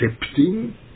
accepting